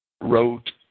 wrote